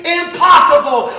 impossible